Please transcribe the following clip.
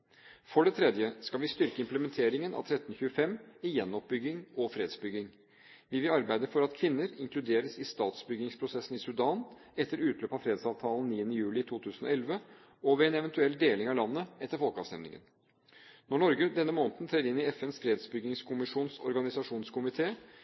For det tredje skal vi styrke implementeringen av resolusjon 1325 i gjenoppbygging og fredsbygging. Vi vil arbeide for at kvinner inkluderes i statsbyggingsprosessen i Sudan etter utløpet av fredsavtalen 9. juli 2011 og ved en eventuell deling av landet etter folkeavstemningen. Når Norge denne måneden trer inn i FNs